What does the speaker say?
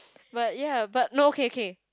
but ya but no okay okay